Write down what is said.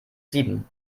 sieben